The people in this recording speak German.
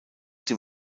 dem